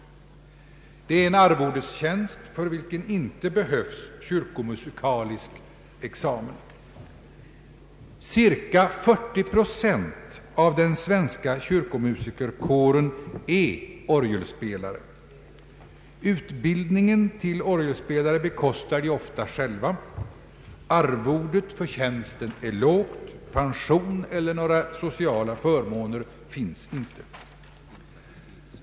Det är en arvodestjänst för vilken det inte behövs kyrkomusikalisk examen. Cirka 40 procent av den svenska kyrkomusikerkåren är orgelspelare. Utbildningen till orgelspelare bekostar de ofta själva. Arvodet för tjänsten är lågt och pensionseller några andra sociala förmåner finns inte.